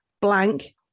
blank